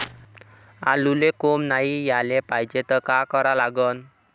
आलूले कोंब नाई याले पायजे त का करा लागन?